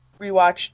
rewatched